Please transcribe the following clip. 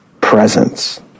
presence